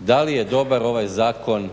Da li je dobar ovaj zakon,